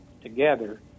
together